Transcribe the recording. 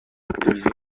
تلویزیون